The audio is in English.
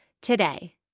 today